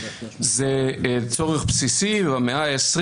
זה צורך בסיסי במאה ה-20.